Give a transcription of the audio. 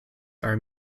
are